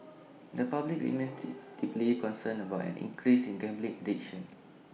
the public remains deep deeply concerned about an increase in gambling addiction